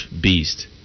beast